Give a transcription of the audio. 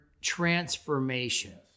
transformation